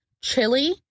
chili